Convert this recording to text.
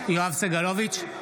סגלוביץ'